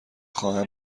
خواهم